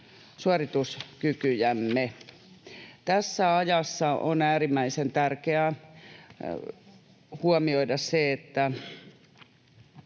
suorituskykyjämme. Tässä ajassa on äärimmäisen tärkeää huomioida se, että